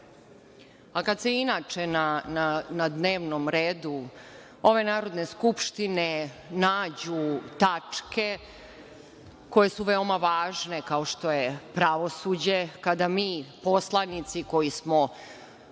kada se inače na dnevnom redu ove Narodne skupštine nađu tačke koje su veoma važne kao što je pravosuđe, kada mi poslanici koji smo